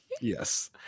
Yes